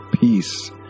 Peace